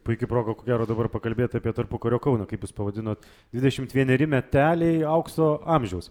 puiki proga ko gero dabar pakalbėti apie tarpukario kauną kaip jūs pavadinot dvidešimt vieneri meteliai aukso amžiaus